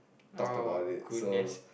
talked about it so